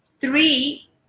three